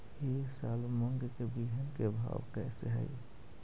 ई साल मूंग के बिहन के भाव कैसे हई?